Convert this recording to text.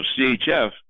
CHF